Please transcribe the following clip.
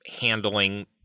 handling